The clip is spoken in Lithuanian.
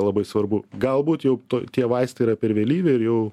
labai svarbu galbūt jau tie vaistai yra per vėlyvi ir jau